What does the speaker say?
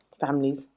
families